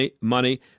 money